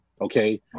okay